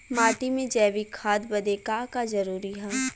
माटी में जैविक खाद बदे का का जरूरी ह?